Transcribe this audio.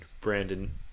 Brandon